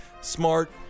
smart